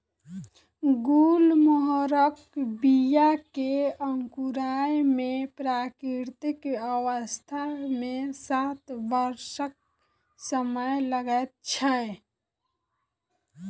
गुलमोहरक बीया के अंकुराय मे प्राकृतिक अवस्था मे सात वर्षक समय लगैत छै